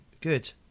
good